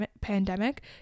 pandemic